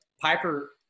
Piper